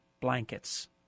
blankets